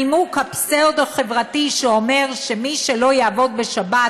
הנימוק הפסאודו-חברתי שאומר שמי שלא יעבוד בשבת